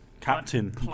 Captain